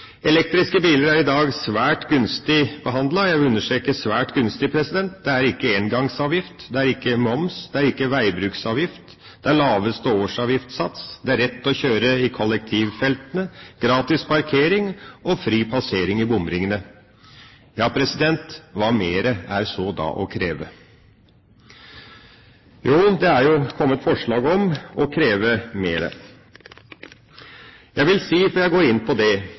Elektriske biler er i dag svært gunstig behandlet, jeg vil understreke – svært gunstig. Det er ikke engangsavgift, det er ikke moms, det er ikke veibruksavgift, det er laveste årsavgiftssats, det er rett til å kjøre i kollektivfeltene, gratis parkering og fri passering i bomringene. Hva mer er så da å kreve? Jo, det er jo kommet forslag om å kreve mer. Jeg vil si før jeg går inn på det,